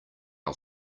our